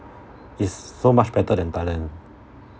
is so much better than thailand